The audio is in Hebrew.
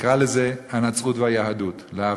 תקרא לזה הנצרות והיהדות, להבדיל.